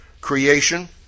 creation